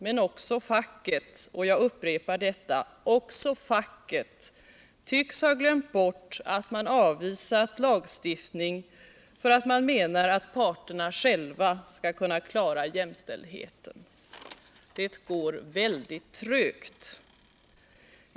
Men också facket — jag upprepar detta: också facket — tycks ha glömt att man avvisade lagstiftningen för att man menade att parterna själva skulle kunna klara jämställdheten. Det går väldigt trögt.